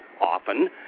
often